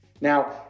Now